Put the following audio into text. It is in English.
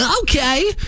okay